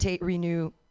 renew